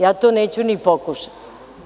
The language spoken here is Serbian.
Ja to neću ni pokušati.